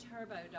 Turbo